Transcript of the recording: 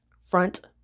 front